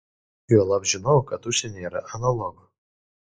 juolab žinau kad užsienyje yra analogų